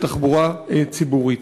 לתחבורה ציבורית.